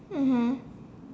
mmhmm